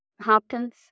Hopkins